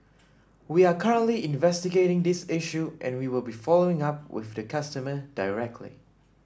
we are currently investigating this issue and we will be following up with the customer directly